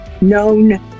known